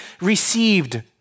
received